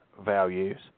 values